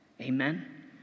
Amen